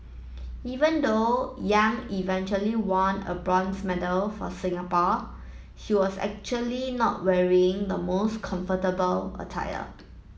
even though Yang eventually won a bronze medal for Singapore she was actually not wearing the most comfortable attire